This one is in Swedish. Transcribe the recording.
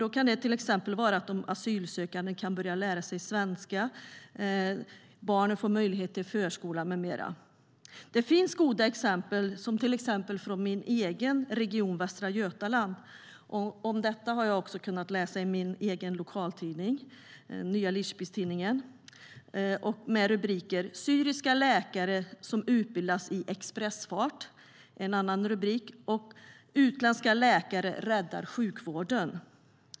Det kan till exempel handla om att de asylsökande kan börja lära sig svenska, att barnen får möjlighet till förskola med mera. Det finns goda exempel, bland annat i min egen region Västra Götaland. Där har funnits rubriker om syriska läkare som utbildas i expressfart.